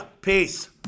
peace